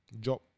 Job